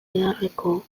beharreko